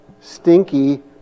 stinky